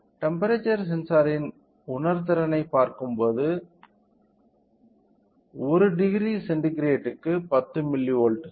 temperature சென்சார்ரின் உணர்திறனைப் பார்க்கும்போது 1 0C க்கு 10 மில்லிவோல்ட்கள்